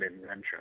invention